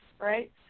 right